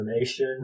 information